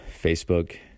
Facebook